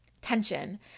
tension